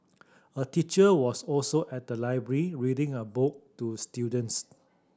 a teacher was also at the library reading a book to students